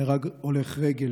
נהרג הולך רגל,